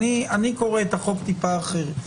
אני קורא את החוק קצת אחרת.